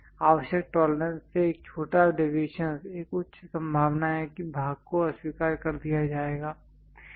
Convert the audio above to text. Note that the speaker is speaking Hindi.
आवश्यक टॉलरेंसेस से एक छोटा डेविएशनस एक उच्च संभावना है कि भाग को अस्वीकार कर दिया जाएगा